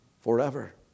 forever